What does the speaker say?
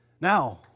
Now